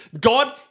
God